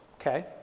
Okay